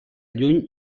lluny